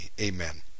amen